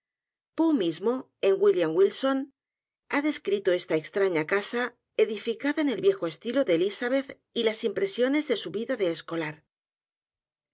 en william wilson ha descrito esa extraña casa edificada en el viejo estilo de elisabeth y las impresiones de su vida de escolar